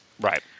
Right